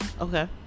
okay